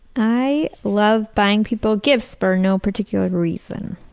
i love buying people gifts for no particular reason.